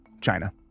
China